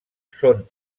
són